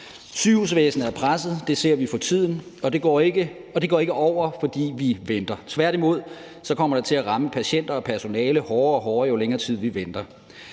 Sygehusvæsenet er presset. Det ser vi for tiden, og det går ikke over, fordi vi venter. Tværtimod kommer det til at ramme patienter og personale hårdere og hårdere, jo længere tid vi venter.